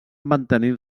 mantenir